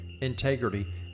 integrity